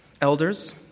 elders